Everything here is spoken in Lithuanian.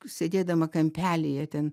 sėdėdama kampelyje ten